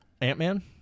Ant-Man